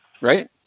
right